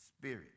Spirit